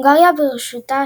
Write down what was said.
הונגריה, בראשותו